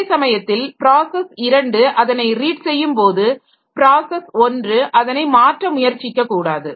அதே சமயத்தில் ப்ராஸஸ் 2 அதனை ரீட் செய்யும் போது ப்ராஸஸ் 1 அதனை மாற்ற முயற்சிக்க கூடாது